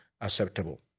acceptable